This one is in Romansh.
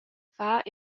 far